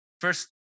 first